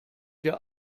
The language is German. der